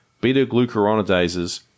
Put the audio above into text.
Beta-Glucuronidases